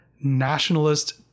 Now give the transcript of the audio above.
nationalist